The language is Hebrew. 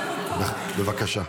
בבקשה.